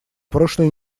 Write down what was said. прошлой